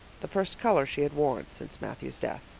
the first color she had worn since matthew's death.